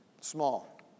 Small